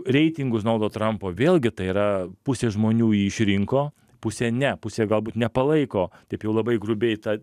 reitingus donaldo trampo vėlgi tai yra pusė žmonių jį išrinko pusė ne pusė galbūt nepalaiko taip jau labai grubiai ta